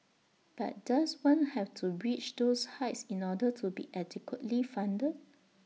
but does one have to reach those heights in order to be adequately funded